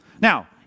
Now